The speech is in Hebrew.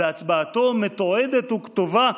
והצבעתו מתועדת וכתובה,